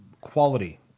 quality